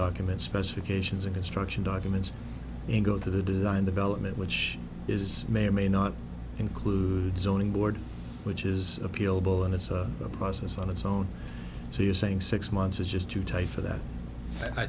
documents specifications and construction documents and go to the design development which is may or may not include zoning board which is appealable and it's of the process on its own so you're saying six months is just too tight for that i